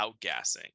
outgassing